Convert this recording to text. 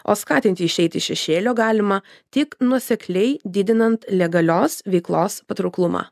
o skatinti išeiti iš šešėlio galima tik nuosekliai didinant legalios veiklos patrauklumą